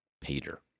Peter